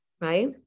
right